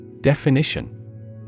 Definition